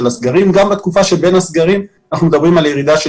הסגרים וגם בתקופה שבין הסגרים אנחנו מדברים על ירידה של